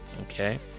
okay